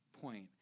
point